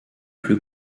plus